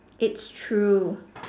it's true